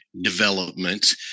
development